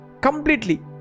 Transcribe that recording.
completely